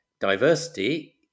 diversity